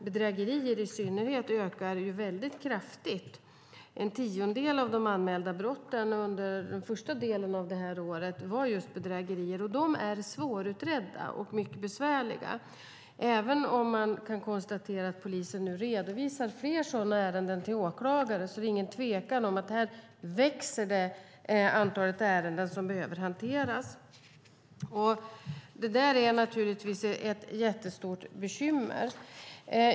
Bedrägerier i synnerhet ökar väldigt kraftigt. En tiondel av de anmälda brotten under den första delen av det här året var just bedrägerier. De är svårutredda och mycket besvärliga. Även om man kan konstatera att polisen nu redovisar fler sådana ärenden till åklagare är det ingen tvekan om att antalet ärenden som behöver hanteras växer. Det är naturligtvis ett jättestort bekymmer.